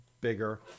bigger